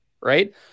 right